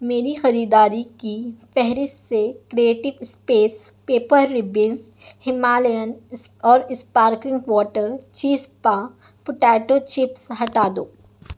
میری خریداری کی فہرست سے creative space paper ribbons Himalayan اور اسپارکلنگ واٹر چیزپا پوٹیٹو چپس ہٹا دو